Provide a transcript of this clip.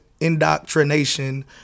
indoctrination